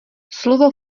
slovo